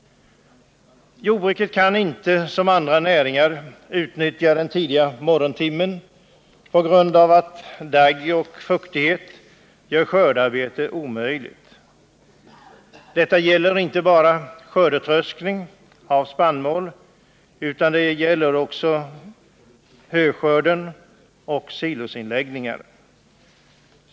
Jordbruket kan inte, som andra näringar, utnyttja den tidiga morgontimmen på grund av att dagg och fuktighet då gör skördearbetet omöjligt. Detta gäller inte bara skördetröskning av spannmål, utan det gäller också höskörden och silosinläggningar.